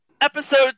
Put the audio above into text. Episode